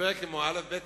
סופר כמו א.ב.